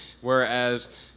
Whereas